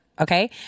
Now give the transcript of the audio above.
Okay